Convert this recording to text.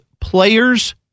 players